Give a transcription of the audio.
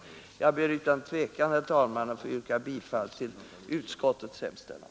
Jag ber, herr talman, utan tvekan att få yrka bifall till utskottets hemställan.